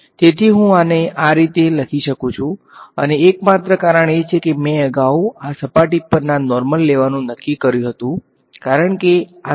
તેથી હું આને આ રીત લખી શકું છું અને એકમાત્ર કારણ એ છે કે મેં અગાઉ આ સપાટી પર ના નોર્મલ લેવાનુ નક્કી કર્યું હતું કારણ કે આ નોર્મલ આ દિશામાં બહારની તરફ છે